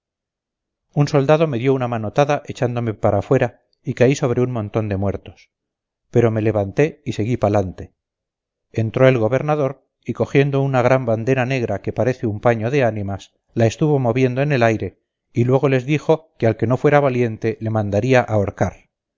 un soldado me dio una manotada echándome para afuera y caí sobre un montón de muertos pero me levanté y seguí palante entró el gobernador y cogiendo una gran bandera negra que parece un paño de ánimas la estuvo moviendo en el aire y luego les dijo que al que no fuera valiente le mandaría ahorcar